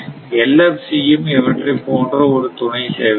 LFC ம் இவற்றைப் போன்ற ஒரு துணை சேவைதான்